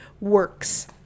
works